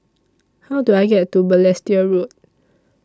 How Do I get to Balestier Road